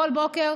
כל בוקר,